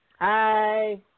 Hi